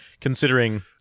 considering